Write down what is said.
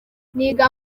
niga